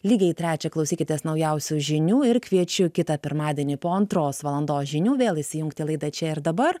lygiai trečią klausykitės naujausių žinių ir kviečiu kitą pirmadienį po antros valandos žinių vėl įsijungti laidą čia ir dabar